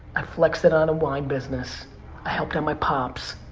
i flexed it on a wine business, i helped out my pops.